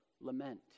lament